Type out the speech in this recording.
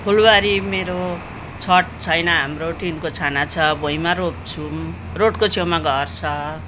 फुलबारी मेरो छत छैन हाम्रो टिनको छाना छ भुइँमा रोप्छौँ रोडको छेउमा घर छ